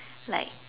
like